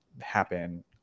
happen